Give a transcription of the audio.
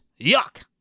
yuck